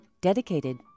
dedicated